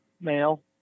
male